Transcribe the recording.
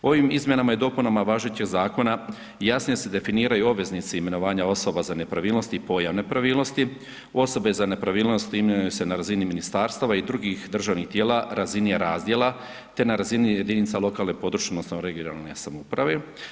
Ovim izmjenama i dopunama važećeg zakona jasnije se definiraju obveznici imenovanja osoba za nepravilnosti i pojam nepravilnosti, osobe za nepravilnosti imenuju se na razini ministarstava i drugih državnih tijela, razini razdjela, te na razini jedinica lokalne, područne (regionalne) samouprave.